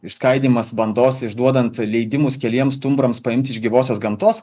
išskaidymas bandos išduodant leidimus keliems stumbrams paimti iš gyvosios gamtos